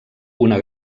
una